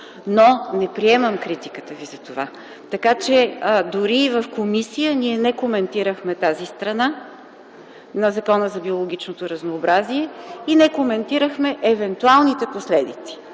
но не приемам критиката Ви за това. Дори и в комисията ние не коментирахме тази страна на Закона за биологичното разнообразие и евентуалните последици,